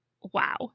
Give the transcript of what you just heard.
wow